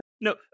No